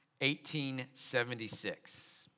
1876